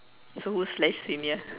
so who's less senior